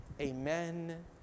Amen